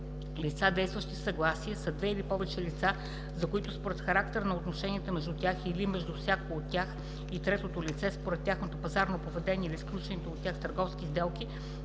„Лица, действащи в съгласие” са две или повече лица, за които според характера на отношенията между тях или между всяко от тях и трето лице, според тяхното пазарно поведение или сключените от тях търговски сделки,